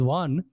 one